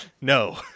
no